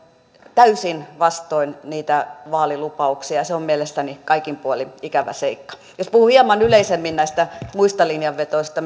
täysin vastoin niitä vaalilupauksia ja se on mielestäni kaikin puolin ikävä seikka jos puhun hieman yleisemmin näistä muista linjanvedoista